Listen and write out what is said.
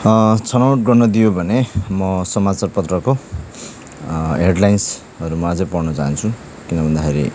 छनौट गर्नदियो भने म समाचारपत्रको हेडलाइन्सहरू म अझै पढ्न चाहन्छु किन भन्दाखेरि